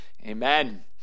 Amen